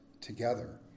together